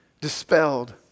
dispelled